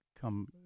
come